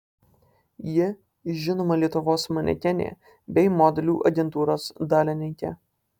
ji žinoma lietuvos manekenė bei modelių agentūros dalininkė